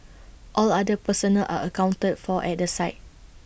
all other personnel are accounted for at the site